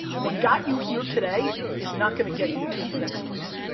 what got you here today is not gonna get you to the next place.